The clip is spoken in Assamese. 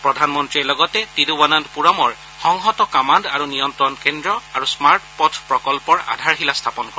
প্ৰধানমন্ত্ৰীয়ে লগতে তিৰুৱনস্তপুৰমৰ সংহত কামাণ্ড আৰু নিয়ন্ত্ৰণ কেন্দ্ৰ আৰু স্মাৰ্ট পথ প্ৰকল্পৰ আধাৰশিলা স্থাপন কৰে